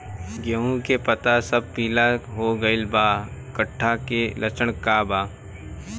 गेहूं के पता सब पीला हो गइल बा कट्ठा के लक्षण बा?